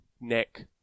neck